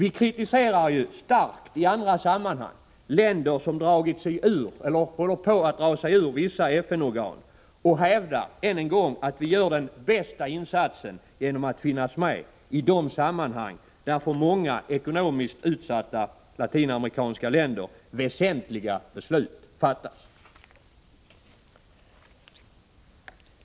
I andra sammanhang kritiserar vi ju starkt länder som dragit sig ur eller som håller på att dra sig ur vissa FN-organ, och vi hävdar även där att vi gör den bästa insatsen genom att finnas med i de sammanhang där beslut fattas som är väsentliga för många ekonomiskt utsatta latinamerikanska länder.